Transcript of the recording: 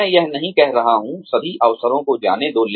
मैं यह नहीं कह रहा हूं सभी अवसरों को जाने दो